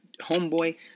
Homeboy